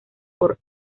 por